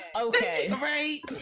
Okay